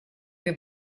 più